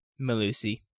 Malusi